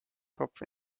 kopf